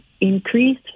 increase